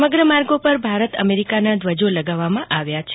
સમગ્ર માર્ગો ઉપર ભારત અમેરિકાના ધ્વજો લગાવવામાં આવ્યા છે